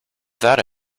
that